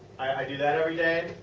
i do that everyday.